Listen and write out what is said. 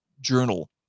Journal